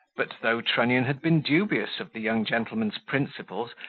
but, though trunnion had been dubious of the young gentleman's principles,